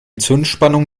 zündspannung